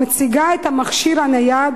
המציגה את המכשיר הנייד